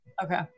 okay